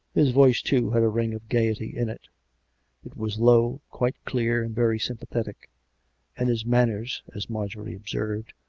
his voice, too, had a ring of gaiety in it it was low, quite clear and very sympathetic and his manners, as marjorie observed,